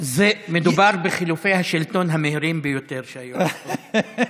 מדובר בחילופי השלטון המהירים ביותר שהיו לנו פה.